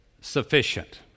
sufficient